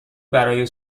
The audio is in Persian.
برای